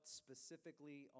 specifically